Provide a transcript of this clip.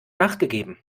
nachgegeben